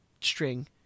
string